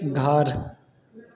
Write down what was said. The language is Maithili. घर